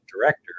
director